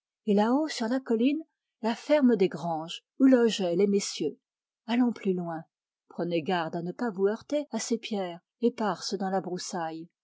et là-haut sur la colline la ferme des granges où logeaient les messieurs allons plus loin prenez garde à ne pas vous heurter à ces pierres éparses dans la broussaille